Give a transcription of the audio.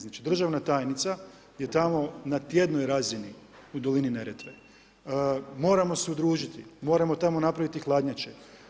Znači državna tajnica je tamo na tjednoj razini u dolini Neretve, moramo se udružiti, moramo tamo napraviti hladnjače.